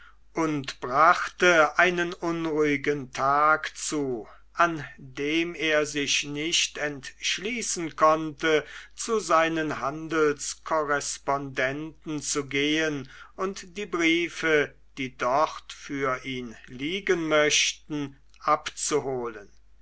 und brachte einen unruhigen tag zu an dem er sich nicht entschließen konnte zu seinen handelskorrespondenten zu gehen und die briefe die dort für ihn liegen möchten abzuholen